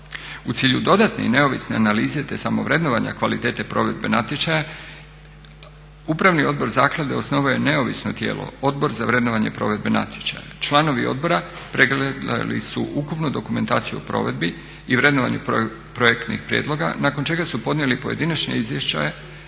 U cilju dodatne i neovisne analize te samo vrednovanja kvaliteta provedbe natječaja Upravni odbor Zaklade osnovao je neovisno tijelo Odbor za vrednovanje provedbe natječaja. Članovi odbora pregledali su ukupnu dokumentaciju o provedbi i vrednovanju projektnih prijedloga nakon čega su podnijeli pojedinačne izvještaje